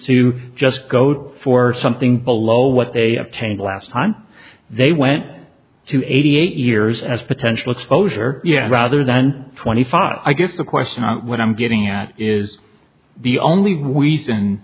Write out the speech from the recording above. to just go down for something below what they obtain last time they went to eighty eight years as potential exposure yes rather than twenty five i guess the question of what i'm getting at is the only